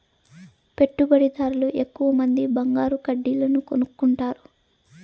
పెట్టుబడిదార్లు ఎక్కువమంది బంగారు కడ్డీలను కొనుక్కుంటారు